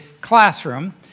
classroom